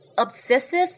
Obsessive